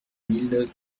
mille